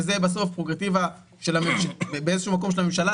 שזה בסוף פררוגטיבה באיזה שהוא מקום של הממשלה,